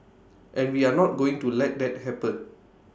and we are not going to let that happen